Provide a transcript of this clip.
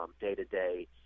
day-to-day